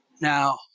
now